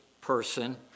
person